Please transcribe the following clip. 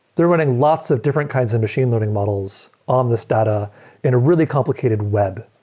they're running lots of different kinds of machine learning models on this data in a really complicated web.